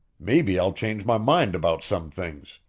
maybe i'll change my mind about some things.